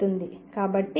కాబట్టి ఇది ∞ నుండి ∞